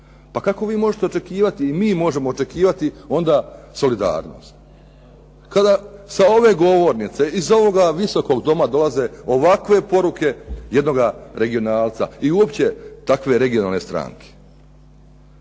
Pa kako vi možete očekivati i mi možemo očekivati onda solidarnost, kada sa ove govornice iz ovog Visokog doma dolaze ovakve poruke jednoga regionalca i uopće takve regionalne stranke.